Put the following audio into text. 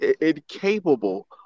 incapable